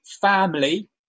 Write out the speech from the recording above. family